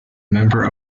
member